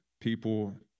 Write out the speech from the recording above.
people